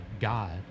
God